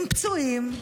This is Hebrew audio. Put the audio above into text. עם פצועים,